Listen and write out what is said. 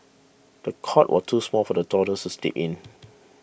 the cot was too small for the toddlers to sleep in